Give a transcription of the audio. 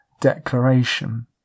declaration